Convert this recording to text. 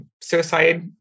suicide